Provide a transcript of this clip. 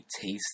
taste